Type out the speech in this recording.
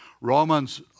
Romans